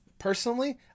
personally